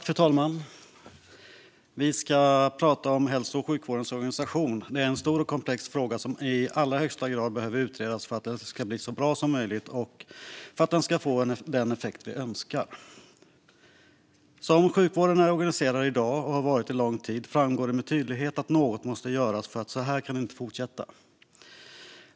Fru talman! Vi ska prata om hälso och sjukvårdens organisation. Det är en stor och komplex fråga som i allra högsta grad behöver utredas för att det ska bli så bra som möjligt och vi ska få den effekt vi önskar. Som sjukvården är organiserad i dag och har varit en lång tid framgår det med tydlighet att något måste göras, för så här kan det inte fortsätta.